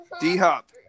D-Hop